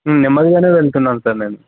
నమ్మదిగానే వెళ్తున్నాను సార్ నేను